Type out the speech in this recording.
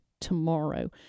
tomorrow